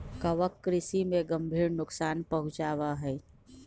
कवक कृषि में गंभीर नुकसान पहुंचावा हई